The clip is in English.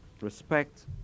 respect